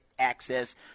Access